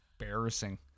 Embarrassing